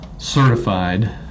certified